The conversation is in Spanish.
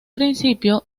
principio